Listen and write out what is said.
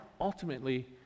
ultimately